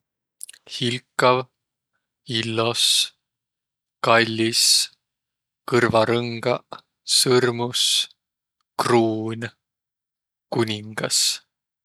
Hilkav, illos, kallis, kõrvarõngaq, sõrmus, kruun, kuningas.